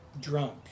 drunk